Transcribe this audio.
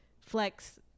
Flex